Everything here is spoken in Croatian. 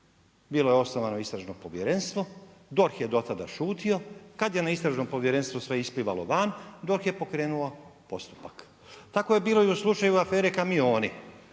Bilo je osnovano istražno povjerenstvo, DORH je do tada šutio. Kad je na istražnom povjerenstvu sve isplivalo van, DORH je pokrenuo postupak. Tako je bilo i u slučaju afere kamioni.